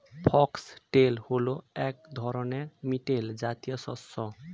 foxtail হল এক ধরনের মিলেট জাতীয় শস্য